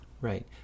Right